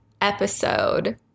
episode